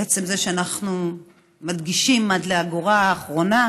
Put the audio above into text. עצם זה שאנחנו מדגישים עד האגורה האחרונה,